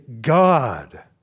God